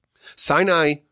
Sinai